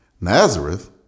Nazareth